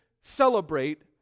celebrate